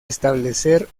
establecer